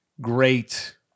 great